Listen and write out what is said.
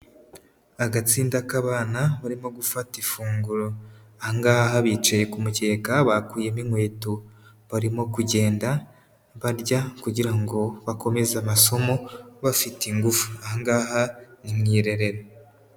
Agatsinda k'abana barimo gufata ifunguro, aha ngaha bicaye ku mukeka bakuyemo inkweto barimo kugenda barya kugira ngo bakomeze amasomo bafite ingufu, aha ngaha ni mu irerero.